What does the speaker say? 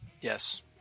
Yes